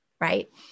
right